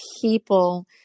people